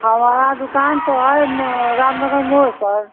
हमारा दुकान तो आय म रामनगर मोड़ पर